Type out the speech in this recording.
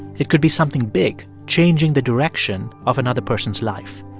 it could be something big changing the direction of another person's life.